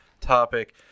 topic